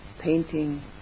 painting